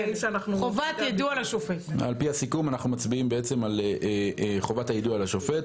על פי הסיכום אנחנו מצביעים על חובת היידוע לשופט.